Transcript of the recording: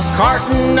carton